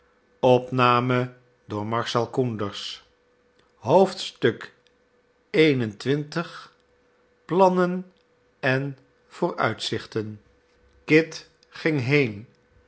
plannen en vooruitzichten kit ging heen